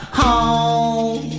home